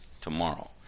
Tomorrow